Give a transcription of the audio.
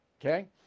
okay